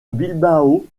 bilbao